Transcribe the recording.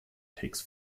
takes